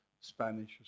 Spanish